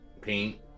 paint